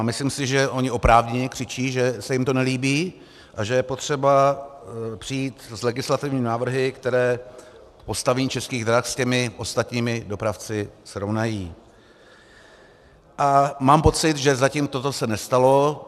Myslím si, že oni oprávněně křičí, že se jim to nelíbí a že je potřeba přijít s legislativními návrhy, které postavení Českých drah s těmi ostatními dopravci srovnají, a mám pocit, že zatím toto se nestalo.